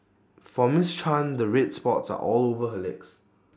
for miss chan the red spots are all over her legs